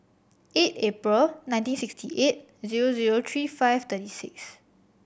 eight April nineteen sixty eight zero zero three five twenty six